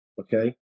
Okay